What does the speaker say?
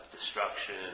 destruction